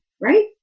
right